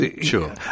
sure